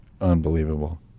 Unbelievable